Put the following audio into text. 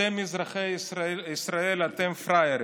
אתם, אזרחי ישראל, אתם פראיירים.